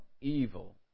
evil